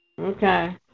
Okay